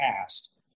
past